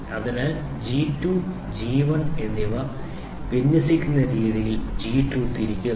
അതിനാൽ G 2 G 1 എന്നിവ വിന്യസിക്കുന്ന രീതിയിൽ ജി 2 തിരിക്കുന്നു